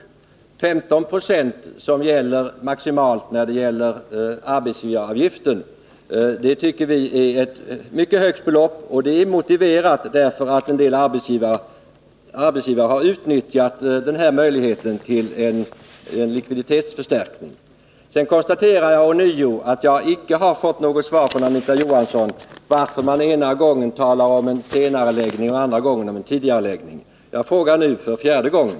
En avgift på 15 26 som maximalt gäller i fråga om arbetsgivaravgiften tycker vi är ett mycket högt belopp, men det är motiverat därför att en del arbetsgivare har utnyttjat möjligheten till en likviditetsförstärkning. Jag konstaterar ånyo att jag icke har fått något svar från Anita Johansson på frågan varför man ena gången talar om en senareläggning och andra gången om en tidigareläggning. Jag frågar nu för fjärde gången.